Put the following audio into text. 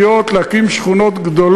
חבר הכנסת גפני,